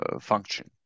function